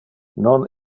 non